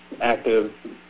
active